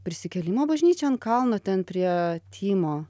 prisikėlimo bažnyčia ant kalno ten prie tymo